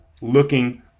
looking